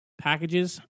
packages